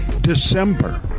December